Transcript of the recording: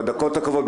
בדקות הקרובות,